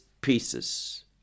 pieces